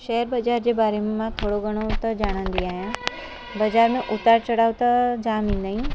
share बज़ारि जे बारे में मां थोरो घणो त ॼाणंदी आहियां बज़ारि में उतार चड़ाव त जाम ईंदा आहिनि